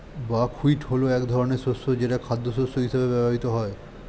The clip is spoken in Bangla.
বাকহুইট হলো এক ধরনের শস্য যেটা খাদ্যশস্য হিসেবে ব্যবহৃত হয়